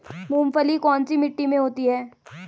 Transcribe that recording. मूंगफली कौन सी मिट्टी में होती है?